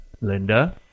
Linda